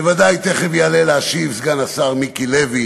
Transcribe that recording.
בוודאי תכף יעלה להשיב סגן השר מיקי לוי